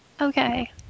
Okay